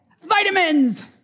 Vitamins